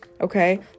okay